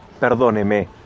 Perdóneme